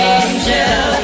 angel